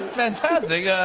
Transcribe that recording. fantastic.